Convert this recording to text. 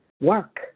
work